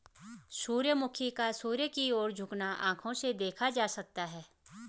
सूर्यमुखी का सूर्य की ओर झुकना आंखों से देखा जा सकता है